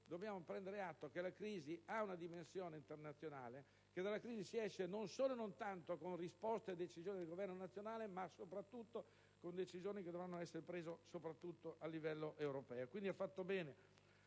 dobbiamo prendere atto che la crisi ha una dimensione internazionale e che dalla crisi si esce non solo e non tanto con risposte e decisioni del Governo nazionale, ma soprattutto con decisioni che devono essere prese a livello europeo. Ha fatto bene